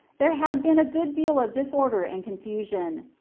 there had been a good deal of disorder and confusion.